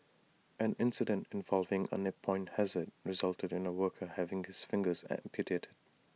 an incident involving A nip point hazard resulted in A worker having his fingers amputated